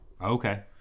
Okay